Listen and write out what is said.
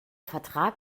vertrag